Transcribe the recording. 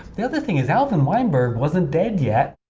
the other thing is alvin weinberg wasn't dead yet.